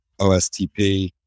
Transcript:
OSTP